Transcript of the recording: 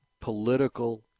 political